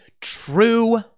true